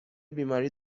بیماری